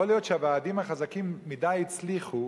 יכול להיות שהוועדים החזקים מדי הצליחו,